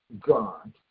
God